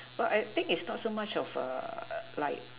what I think it's not so much of a like